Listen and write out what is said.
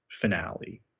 finale